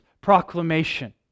proclamation